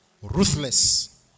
Ruthless